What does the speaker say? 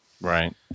Right